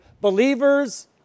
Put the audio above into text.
Believers